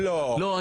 לא,